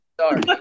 Sorry